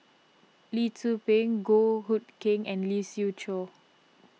Lee Tzu Pheng Goh Hood Keng and Lee Siew Choh